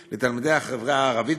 בסטנוגרמה,